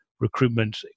recruitment